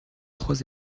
trois